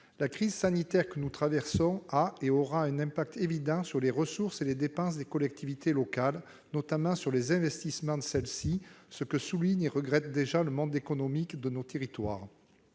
la crise sanitaire que nous traversons a et aura un impact évident sur les ressources et les dépenses des collectivités territoriales, notamment sur leurs investissements, ce que souligne et regrette déjà le monde économique de nos territoires.